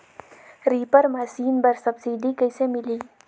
Reaper machine बर subsidy कइसे मिलही?